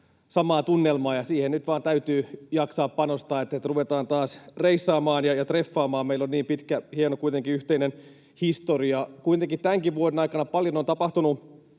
samaa tunnelmaa, ja siihen nyt vain täytyy jaksaa panostaa, että ruvetaan taas reissaamaan ja treffaamaan. Meillä on kuitenkin niin pitkä, hieno yhteinen historia. Kuitenkin tämänkin vuoden aikana on paljon tapahtunut